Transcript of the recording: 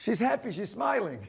she's happy she's smiling